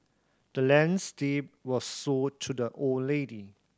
the land's deed was sold to the old lady